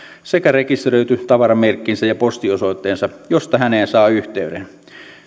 sekä rekisteröity tavaramerkkinsä ja postiosoitteensa josta häneen saa yhteyden